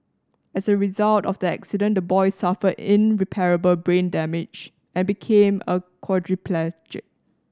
as a result of the accident the boy suffered irreparable brain damage and became a quadriplegic